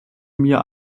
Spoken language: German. mir